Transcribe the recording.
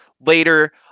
later